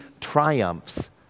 triumphs